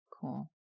Cool